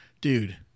dude